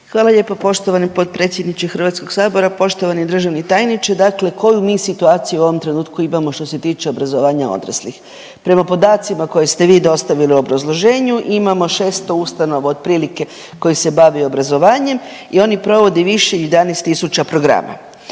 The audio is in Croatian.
Hvala lijepo poštovani potpredsjedniče HS, poštovani državni tajniče, dakle koju mi situaciju u ovom trenutku imamo što se tiče obrazovanja odraslih? Prema podacima koje ste vi dostavili u obrazloženju imamo 600 ustanova otprilike koje se bave obrazovanjem i oni provode više od 11.000 programa.